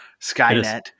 Skynet